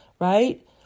right